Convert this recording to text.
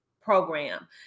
Program